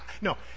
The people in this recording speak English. No